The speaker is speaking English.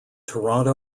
toronto